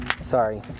Sorry